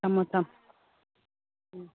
ꯊꯝꯃꯣ ꯊꯝꯃꯣ